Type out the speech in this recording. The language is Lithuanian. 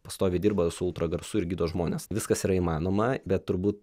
pastoviai dirba su ultragarsu ir gydo žmones viskas yra įmanoma bet turbūt